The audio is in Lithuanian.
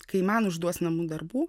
kai man užduos namų darbų